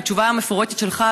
התשובה המפורטת שלך,